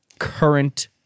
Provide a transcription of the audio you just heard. current